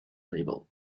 label